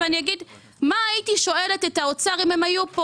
מה הייתי שואלת את האוצר לו היו פה